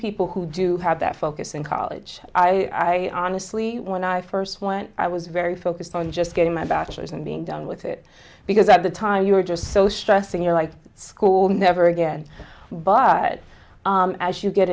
people who do have that focus in college i honestly when i first went i was very focused on just getting my bachelor's and being done with it because at the time you're just so stressing your life school never again but as you get